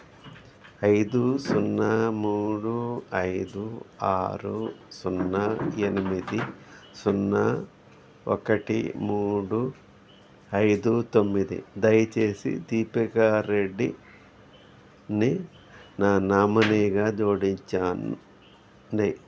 ఐదు సున్నా మూడు ఐదు ఆరు సున్నా ఎనిమిది సున్నా ఒకటి మూడు ఐదు తొమ్మిది దయచేసి దీపికా రెడ్డిని నా నామినీగా జోడిచ్చండి